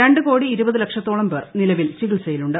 രണ്ട് കോടി ഇരുപത് ലക്ഷത്തോളം പേർ നിലവിൽ ചികിത്സയിലുണ്ട്